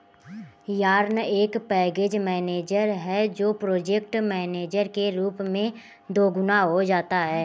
yarn एक package manager है जो प्रोजेक्ट मैनेजर के रूप में दोगुना हो जाता है